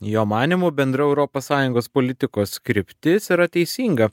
jo manymu bendra europos sąjungos politikos kryptis yra teisinga